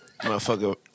Motherfucker